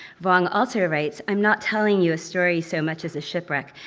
vuong also writes, i'm not telling you a story so much as a shipwreck,